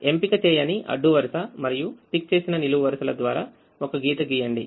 ఎంపిక చేయని అడ్డు వరుస మరియు టిక్ చేసిన నిలువు వరుసల ద్వారా ఒక గీత గీయండి